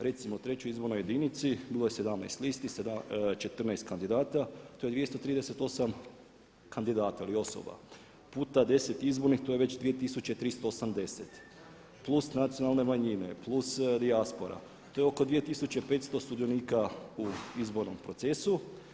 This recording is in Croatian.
Recimo u trećoj izbornoj jedinici bilo je 17 listi, 14 kandidata, to je 238 kandidata ili osoba, puta 10 izbornih to je već 2380 plus nacionalne manjine plus dijaspora to je oko 2500 sudionika u izbornom procesu.